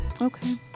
Okay